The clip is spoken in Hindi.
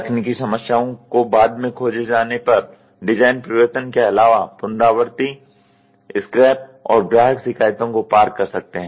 तकनीकी समस्याओं को बाद में खोजे जाने पर डिज़ाइन परिवर्तन के अलावा पुनरावृत्ति स्क्रैप और ग्राहक शिकायतों को पार कर सकते हैं